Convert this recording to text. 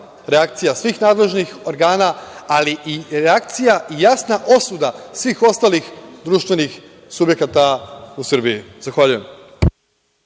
reakcija svih nadležnih organa, ali i reakcija i jasna osuda svih ostalih društvenih subjekata u Srbiji. Zahvaljujem.